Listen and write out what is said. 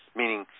meaning